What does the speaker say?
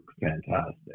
fantastic